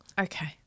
Okay